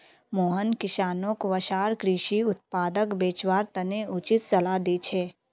मोहन किसानोंक वसार कृषि उत्पादक बेचवार तने उचित सलाह दी छे